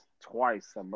Twice